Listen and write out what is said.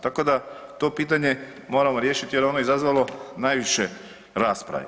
Tako da to pitanje moramo riješiti jer ono je izazvalo najviše rasprave.